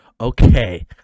Okay